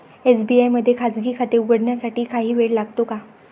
SBI मध्ये खाजगी खाते उघडण्यासाठी काही वेळ लागतो का?